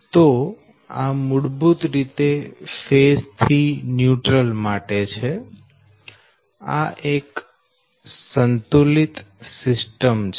તો આ મૂળભૂત રીતે એક ફેઝ થી ન્યુટ્રલ માટે છે આ એક સંતુલિત સિસ્ટમ છે